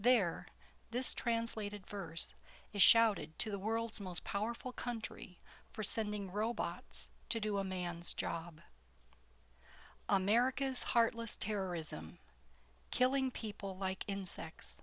there this translated first is shouted to the world's most powerful country for sending robots to do a man's job america's heartless terrorism killing people like in se